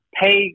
pay